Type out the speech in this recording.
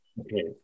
Okay